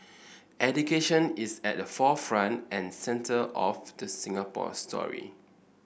education is at the forefront and centre of the Singapore story